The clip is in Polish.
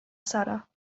sara